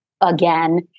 again